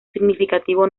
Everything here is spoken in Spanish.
significativo